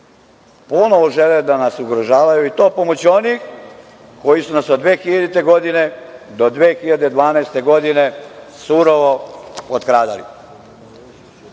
ponovo žele da nas ugrožavaju i to pomoću onih koji su nas od 2000. godine do 2012. godine surovo potkradali. Izvode